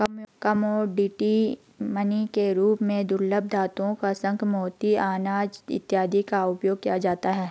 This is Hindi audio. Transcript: कमोडिटी मनी के रूप में दुर्लभ धातुओं शंख मोती अनाज इत्यादि का उपयोग किया जाता है